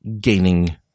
gaining